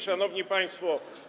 Szanowni Państwo!